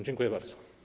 Dziękuję bardzo.